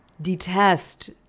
detest